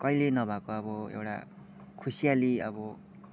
कहिले नभएको अब एउटा खुसियाली अब